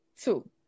Two